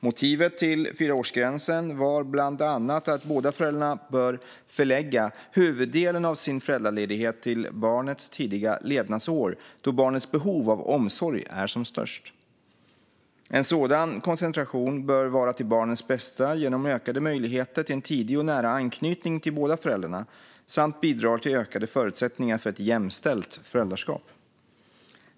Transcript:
Motivet till fyraårsgränsen är bland annat att båda föräldrarna bör förlägga huvuddelen av sin föräldraledighet till barnets tidiga levnadsår, då barnets behov av omsorg är som störst. En sådan koncentration bör vara för barnets bästa genom ökade möjligheter till en tidig och nära anknytning till båda föräldrarna och bidrar också till förbättrade förutsättningar för ett jämställt föräldraskap.